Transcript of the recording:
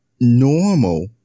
normal